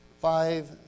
Five